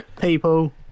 People